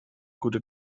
gute